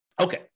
Okay